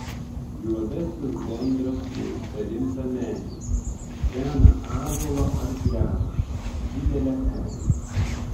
juodasis gandras mėgsta rimtą medį seną ąžuolą ar klevą didelę eglę